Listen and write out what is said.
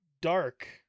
Dark